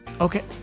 Okay